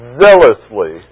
zealously